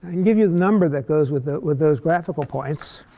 and give you the number that goes with with those graphical points.